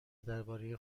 درباره